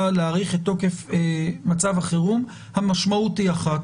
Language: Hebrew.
להאריך את תוקף מצב החירום היא אחת